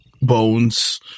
bones